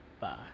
Bye